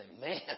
man